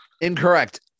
Incorrect